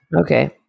Okay